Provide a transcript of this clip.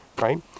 right